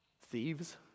Thieves